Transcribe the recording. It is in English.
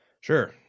sure